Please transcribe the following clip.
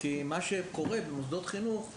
מה שקורה זה שבמוסדות חינוך,